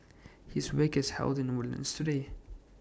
his wake is held in Woodlands today